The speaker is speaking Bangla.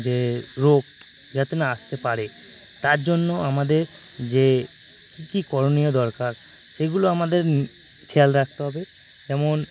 যে রোগ যাতে না আসতে পারে তার জন্য আমাদের যে কী কী করণীয় দরকার সেগুলো আমাদের নি খেয়াল রাখতে হবে যেমন